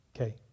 Okay